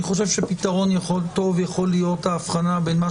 אני חושב שפתרון טוב יכול להיות ההבחנה בין מה